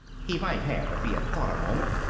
he might have if he had thought a moment,